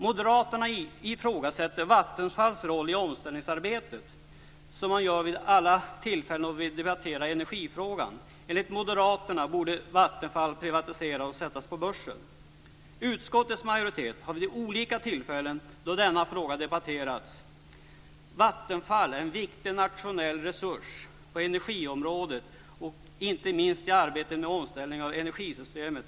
Moderaterna ifrågasätter Vattenfalls roll i omställningsarbetet, som man gör vid alla tillfällen då vi debatterar energifrågan. Enligt moderaterna borde Vattenfall privatiseras och introduceras på börsen. Utskottets majoritet har vid olika tillfällen då denna fråga debatteras sagt att Vattenfall är en viktig nationell resurs på energiområdet, inte minst i arbetet med omställningen av energisystemet.